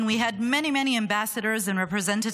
and we had many many ambassadors and representatives